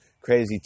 Crazy